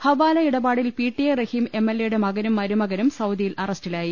ഹവാല ഇടപാടിൽ P T A Rahim M L A യുടെ മകനും മരുമകനും സൌദിയിൽ അറസ്റ്റിലായി